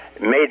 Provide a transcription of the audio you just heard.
made